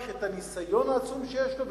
את הניסיון העצום שיש לו,